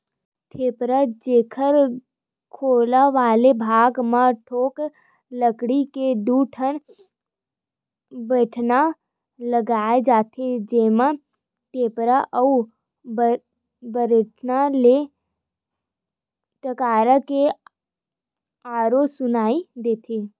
टेपरा, जेखर खोलहा वाले भाग म ठोस लकड़ी के दू ठन बठेना लगाय जाथे, जेहा टेपरा अउ बठेना ले टकरा के आरो सुनई देथे